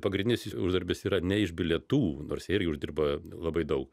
pagrindinis uždarbis yra ne iš bilietų nors jie irgi uždirba labai daug